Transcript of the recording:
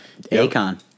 Akon